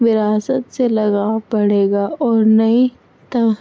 وراثت سے لگاؤ بڑھے گا اور نئی